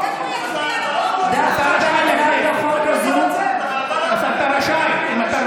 לא רוצה להוציא אותך, אז תירגע.